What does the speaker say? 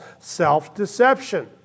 self-deception